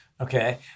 Okay